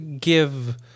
give